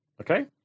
Okay